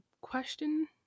question